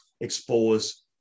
expose